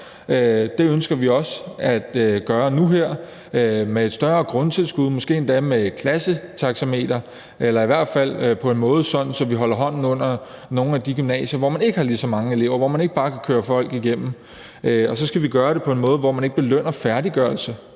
Det ønsker vi også at gøre nu her med et større grundtilskud, måske endda med et klassetaxameter, eller vi ønsker i hvert fald at gøre det på en måde, så vi holder hånden under nogle af de gymnasier, hvor man ikke har lige så mange elever, og hvor man ikke bare kan køre folk igennem. Og så skal vi gøre det på en måde, hvor vi ikke belønner færdiggørelse,